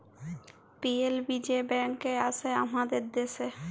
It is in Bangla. পি.এল.বি যে ব্যাঙ্ক আসে হামাদের দ্যাশে